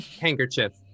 handkerchief